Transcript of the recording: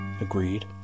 Agreed